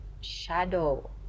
shadow